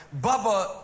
Bubba